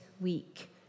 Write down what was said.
week